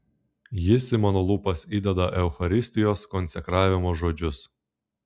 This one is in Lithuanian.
jis į mano lūpas įdeda eucharistijos konsekravimo žodžius